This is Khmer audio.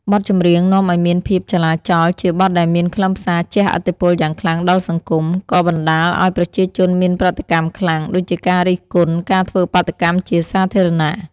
បទចម្រៀងនាំឱ្យមានភាពចលាចល ជាបទដែលមានខ្លឹមសារជះឥទ្ធិពលយ៉ាងខ្លាំងដល់សង្គម ក៏បណ្តាលឱ្យប្រជាជនមានប្រតិកម្មខ្លាំង ដូចជាការរិះគន់ ការធ្វើបាតុកម្មជាសាធារណៈ។